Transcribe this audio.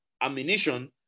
ammunition